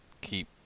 keep